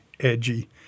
edgy